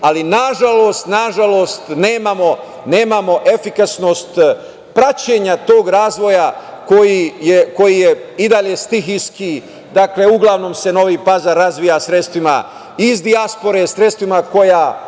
ali nažalost nemamo efikasnost praćenja tog razvoja koji i dalje stihijski. Uglavnom se Novi Pazar razvija sredstvima iz dijaspore, sredstvima koja